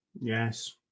yes